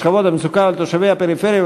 לשכבות המצוקה ולתושבי הפריפריה,